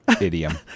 idiom